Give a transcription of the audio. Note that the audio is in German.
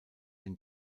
den